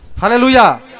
Hallelujah